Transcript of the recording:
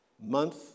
month